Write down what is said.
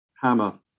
Hammer